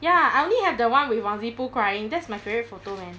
ya I only have the [one] muzzy poo with crying that's my favourite photo man